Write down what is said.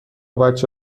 بچه